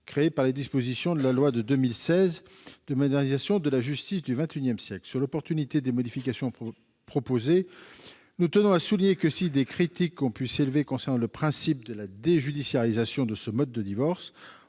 créée par les dispositions de la loi de 2016, dite loi de modernisation de la justice du XXI siècle. Sur l'opportunité des modifications proposées, nous tenons à souligner que, si des critiques ont pu s'élever concernant le principe de la déjudiciarisation de ce mode de divorce